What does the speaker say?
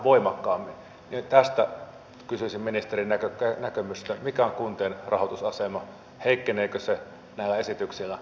keski suomen liitto on pitkään pitänyt yhtenä kärkihankkeenaan kaksoisraideyhteyttä jämsäorivesi yhteyden välille